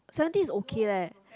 seventy is okay leh